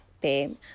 Babe